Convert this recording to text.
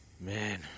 Man